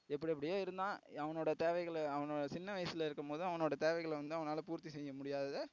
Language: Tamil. எப்படிஎப்டியோ இருந்தான் அவனோட தேவைகளை அவனோட சின்ன வயசில் இருக்கும்போதும் அவனோட தேவைகளை வந்து அவனால் பூர்த்தி செய்யா முடியாததை